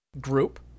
group